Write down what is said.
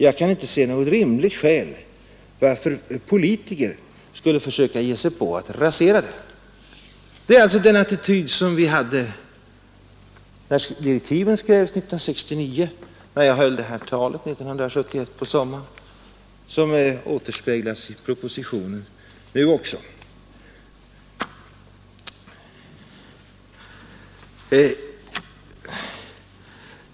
Jag kan inte se något rimligt skäl varför politikerna skulle försöka ge sig på att rasera det.” Det är alltså den attityd som vi hade när direktiven skrevs 1969 och när jag höll talet på sommaren 1971 — samma attityd som nu återspeglas i propositionen.